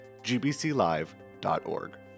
gbclive.org